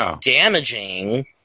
damaging